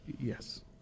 Yes